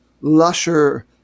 lusher